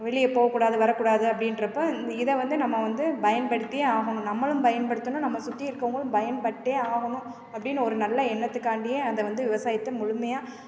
வெளியே போகக்கூடாது வரக்கூடாது அப்படின்றப்ப இ இதை வந்து நம்ம வந்து பயன்படுத்தியே ஆகணும் நம்மளும் பயன்படுத்தணும் நம்மை சுற்றி இருக்கறவங்களும் பயன்பட்டே ஆகணும் அப்படின்னு ஒரு நல்ல எண்ணத்துக்காண்டியே அதை வந்து விவசாயத்தை முழுமையாக